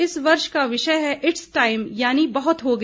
इस वर्ष का विषय है ईट्स टाईम यानि बहुत हो गया